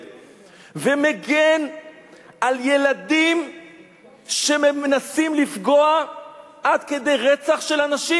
ומגן על ילדים שמנסים לפגוע עד כדי רצח של אנשים.